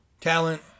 talent